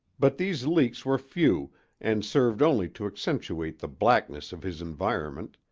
but these leaks were few and served only to accentuate the blackness of his environment,